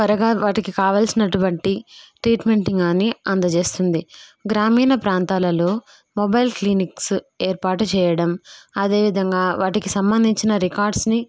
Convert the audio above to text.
త్వరగా వాటికి కావాలసినటువంటి ట్రీట్మెంట్ని కానీ అందజేస్తుంది గ్రామీణ ప్రాంతాలలో మొబైల్ క్లినిక్స్ ఏర్పాటు చేయడం అదేవిధంగా వాటికి సంబంధించిన రికార్డ్స్ని